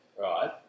right